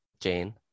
Jane